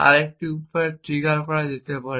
আরেকটি উপায়ে ট্রিগার তৈরি করা যেতে পারে